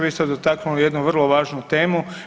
Vi ste dotaknuli jednu vrlo važnu temu.